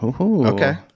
okay